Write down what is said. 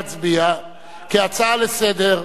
נא להצביע כהצעה לסדר-היום.